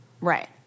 Right